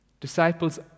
Disciples